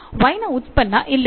X ನ ಉತ್ಪನ್ನ ಇಲ್ಲಿದೆ